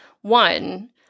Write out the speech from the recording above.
one